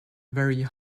very